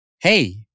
Hey